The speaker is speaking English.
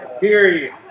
Period